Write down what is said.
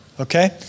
okay